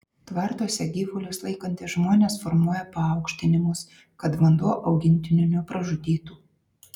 tvartuose gyvulius laikantys žmonės formuoja paaukštinimus kad vanduo augintinių nepražudytų